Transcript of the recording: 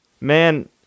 man